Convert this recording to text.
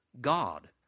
God